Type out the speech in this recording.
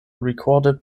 recorded